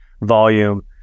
volume